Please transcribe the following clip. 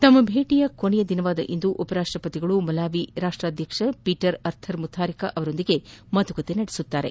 ತಮ್ನ ಭೇಟಿಯ ಕೊನೆಯ ದಿನವಾದ ಇಂದು ಉಪರಾಪ್ಪತಿಗಳು ಮಲಾವಿ ಅಧ್ಯಕ್ಷ ಪೀಟರ್ ಆರ್ಥರ್ ಮುಥಾರಿಕಾ ಅವರೊಂದಿಗೆ ಮಾತುಕತೆ ನಡೆಸಲಿದ್ದಾರೆ